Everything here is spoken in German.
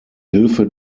hilfe